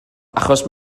achos